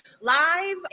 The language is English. live